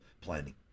planning